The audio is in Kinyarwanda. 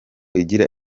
igira